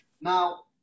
Now